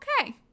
okay